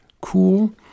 Cool